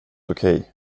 okej